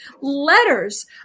letters